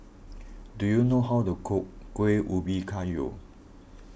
do you know how to cook Kuih Ubi Kayu